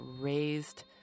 raised